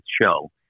show